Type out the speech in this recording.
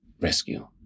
rescue